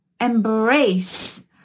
embrace